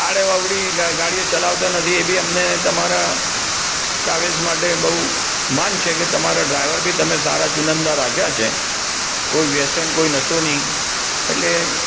આડી અવળી ગાડીઓ ચલાવતા નથી એ બી અમને તમારા ટ્રાવેલ્સ માટે બહુ માન છે કે તમારા ડ્રાઈવર બી તમે સારા ચુનંદા રાખ્યા છે કોઈ વ્યસન કોઈ નશો નહીં એટલે